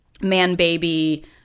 man-baby